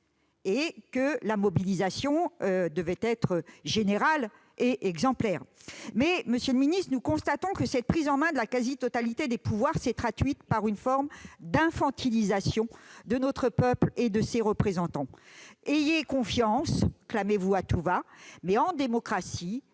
que la mobilisation soit générale et exemplaire. Toutefois, monsieur le ministre, nous constatons que cette prise en main de la quasi-totalité des pouvoirs s'est traduite par une forme d'infantilisation de notre peuple et de ses représentants. « Ayez confiance », clamez-vous à tout-va. Mais, en démocratie,